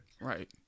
Right